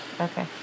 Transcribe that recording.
Okay